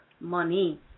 money